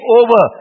over